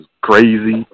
crazy